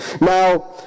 Now